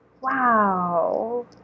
Wow